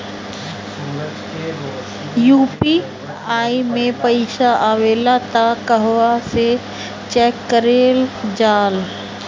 UPI मे पइसा आबेला त कहवा से चेक कईल जाला?